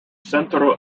centro